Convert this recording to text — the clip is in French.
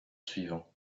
suivant